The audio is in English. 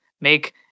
Make